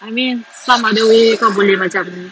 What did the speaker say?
I mean some other way kau boleh macam